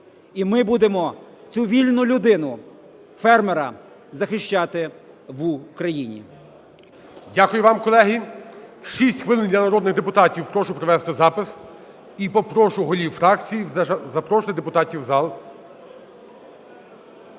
І ми будемо цю вільну людину, фермера захищати в Україні. ГОЛОВУЮЧИЙ. Дякую вам, колеги. Шість хвилин для народних депутатів, прошу провести запис. І попрошу голів фракцій запрошувати депутатів у зал.